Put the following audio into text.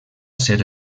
ser